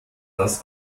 das